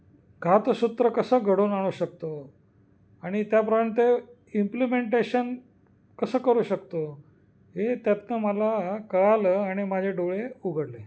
घातसूत्र कसं घडवून आणू शकतो आणि त्याप्रमाणे ते इम्प्लिमेंटेशन कसं करू शकतो हे त्यातनं मला कळालं आणि माझे डोळे उघडले